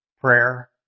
prayer